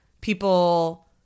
people